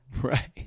Right